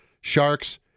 sharks